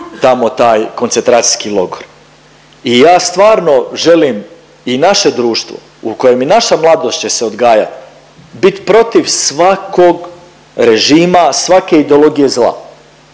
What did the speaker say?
tamo taj koncentracijski logor. I ja stvarno želim i naše društvo u kojem i naša mladost će se odgajat, bit protiv svakog režima, svake ideologije zla.